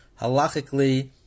halachically